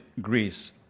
Greece